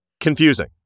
confusing